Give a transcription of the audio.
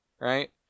right